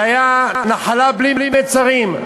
הייתה נחלה בלי מצרים.